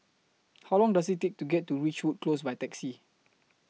How Long Does IT Take to get to Ridgewood Close By Taxi